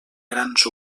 grans